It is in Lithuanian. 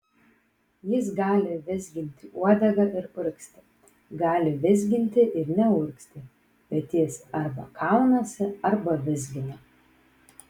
jis gali vizginti uodegą ir urgzti gali vizginti ir neurgzti bet jis arba kaunasi arba vizgina